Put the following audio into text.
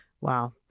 Wow